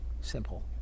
Simple